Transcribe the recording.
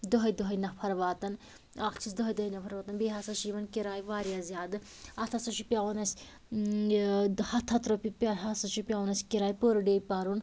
دَہے دَہے نفر واتان اکھ چھِس دَہے دَہے نفر واان بیٚیہِ ہَسا چھِ یِمن کِراے وارِیاہ زیادٕ اتھ ہَسا چھُ پیٚوان اسہِ یہِ ہتھ ہتھ رۄپیہِ ہسا چھُ پیٚوان اسہِ کِراے پٔر ڈے بھَرُن